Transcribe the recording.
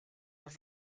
els